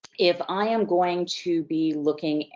if i am going to be looking,